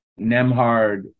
Nemhard